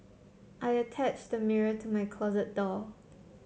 I attached a mirror to my closet door